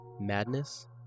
madness